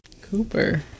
Cooper